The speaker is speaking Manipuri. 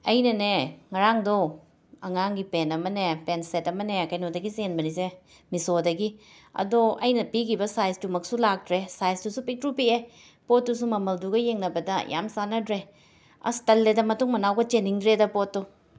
ꯑꯩꯅꯅꯦ ꯉꯔꯥꯡꯗꯣ ꯑꯉꯥꯡꯒꯤ ꯄꯦꯟ ꯑꯃꯅꯦ ꯄꯦꯟ ꯁꯦꯠ ꯑꯃꯅꯦ ꯀꯩꯅꯣꯗꯒꯤ ꯆꯦꯟꯕꯅꯤꯁꯦ ꯃꯤꯁꯣꯗꯒꯤ ꯑꯗꯣ ꯑꯩꯅ ꯄꯤꯈꯤꯕ ꯁꯥꯏꯁꯇꯨꯃꯛꯁꯨ ꯂꯥꯛꯇ꯭ꯔꯦ ꯁꯥꯏꯁꯇꯨꯁꯨ ꯄꯤꯛꯇ꯭ꯔꯨ ꯄꯤꯛꯑꯦ ꯄꯣꯠꯇꯨꯁꯨ ꯃꯃꯜꯗꯨꯒ ꯌꯦꯡꯅꯕꯗ ꯌꯥꯝꯅ ꯆꯥꯟꯅꯗ꯭ꯔꯦ ꯑꯁ ꯇꯜꯂꯦꯗ ꯃꯇꯨꯡ ꯃꯅꯥꯎꯒ ꯆꯦꯟꯅꯤꯡꯗ꯭ꯔꯦꯗ ꯄꯣꯠꯇꯣ